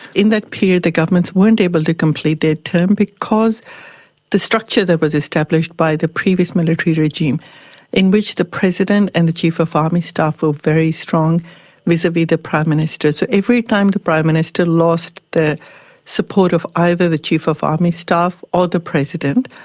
in that period the governments weren't able to complete their term because the structure that was established by the previous military regime in which the president and the chief of army staff were very strong vis-a-vis the prime minister. so every time the prime minister lost the support of either the chief of army staff or the president,